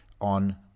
on